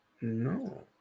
No